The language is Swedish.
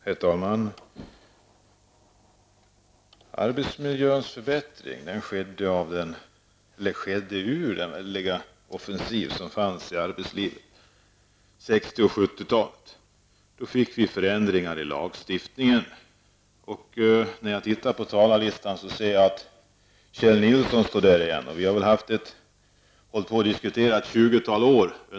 Herr talman! Arbetsmiljöns förbättring åstadkoms genom den väldiga offensiv som ägde rum i arbetslivet under 1960 och 1970-talen. Då fick vi förändringar i lagstiftningen. När jag ser på talarlistan, finner jag att Kjell Nilsson står där. Vi har väl diskuterat dessa frågor i ett tjugotal år.